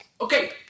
Okay